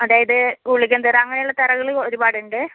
അതായത് ഗുളികൻതിറ അങ്ങനെയുള്ള തിറകൾ ഒരുപാടുണ്ട്